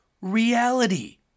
reality